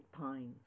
pines